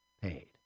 paid